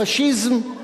פאשיזם.